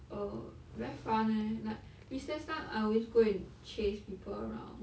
err very fun eh like recess time I always go and chase people around